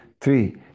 Three